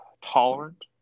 tolerant